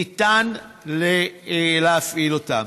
ניתן להפעיל אותם.